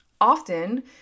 often